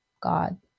God